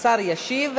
השר ישיב,